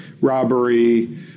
robbery